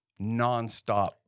nonstop